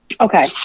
Okay